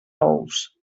ous